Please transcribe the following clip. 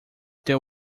there